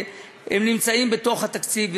הם נמצאים בתוך התקציב,